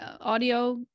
audio